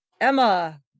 Emma